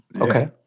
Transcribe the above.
Okay